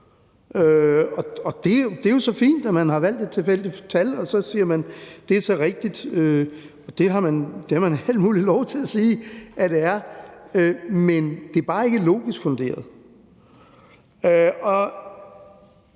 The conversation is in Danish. Det er jo fint, at man har valgt et tilfældigt tal, og at man så siger, at det er det rigtige. Det har man helt lov til at sige at det er, men det er bare ikke logisk funderet.